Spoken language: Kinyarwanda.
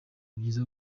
byiza